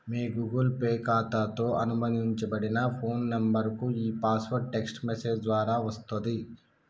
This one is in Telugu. మీ గూగుల్ పే ఖాతాతో అనుబంధించబడిన ఫోన్ నంబర్కు ఈ పాస్వర్డ్ టెక్ట్స్ మెసేజ్ ద్వారా వస్తది